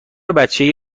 بچگی